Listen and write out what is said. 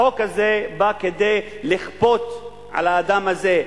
החוק הזה בא לכפות על האדם הזה,